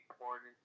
important